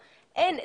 אין,